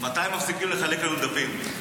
מתי מפסיקים לחלק לנו דפים?